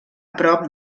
prop